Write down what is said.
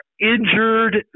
injured